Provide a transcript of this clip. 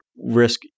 risk